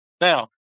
now